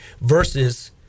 versus